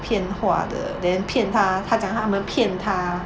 骗话的 then 骗他他讲他们骗他